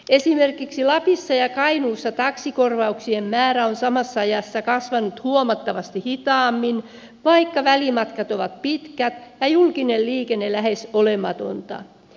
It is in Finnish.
esimerkiksi lapissa ja kainuussa taksikorvauksien määrä on samassa ajassa kasvanut huomattavasti hitaammin vaikka välimatkat ovat pitkät ja julkinen liikenne lähes olematonta